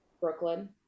Brooklyn